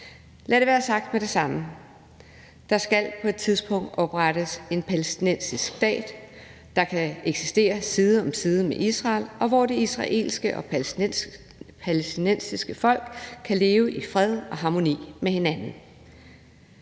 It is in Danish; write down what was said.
Lad det være sagt med det samme: Der skal på et tidspunkt oprettes en palæstinensisk stat, der kan eksistere side om side med Israel, og hvor det israelske og palæstinensiske folk kan leve i fred og harmoni med hinanden.